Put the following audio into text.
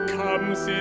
comes